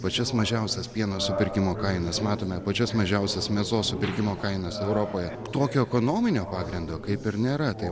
pačias mažiausias pieno supirkimo kainas matome pačias mažiausias mėsos supirkimo kainas europoje tokio ekonominio pagrindo kaip ir nėra tai